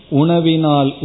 Unavinal